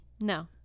No